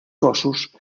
cossos